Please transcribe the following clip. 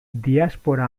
diaspora